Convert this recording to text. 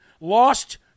lost